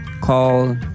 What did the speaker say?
Call